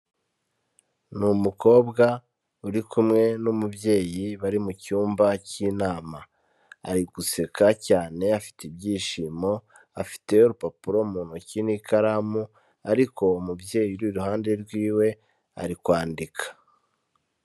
Ni umukobwa uri kumwe n'umubyeyi bari mucyumba k'inama, ari guseka cyane afite ibyishimo, afite urupapuro mu ntoki n'ikaramu ariko umubyeyi uri iruhande rwiwe ari kwandika.